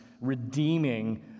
redeeming